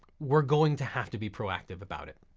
we're going to have to be proactive about it.